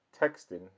texting